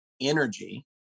energy